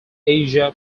asia